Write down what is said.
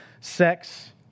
Sex